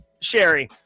Sherry